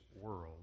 world